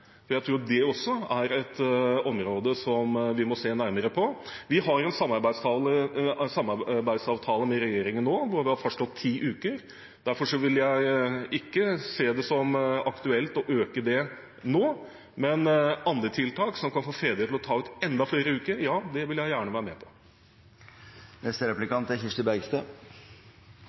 for jeg tror det også er et område som vi må se nærmere på. Vi har jo en samarbeidsavtale med regjeringen nå, der vi har foreslått ti uker, derfor vil jeg ikke se det som aktuelt å øke det nå, men andre tiltak som kan få fedre til å ta ut enda flere uker, vil jeg gjerne være med på.